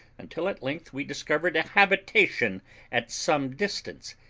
until at length we discovered a habitation at some distance.